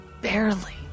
barely